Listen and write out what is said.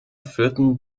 führten